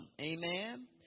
Amen